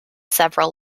several